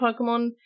Pokemon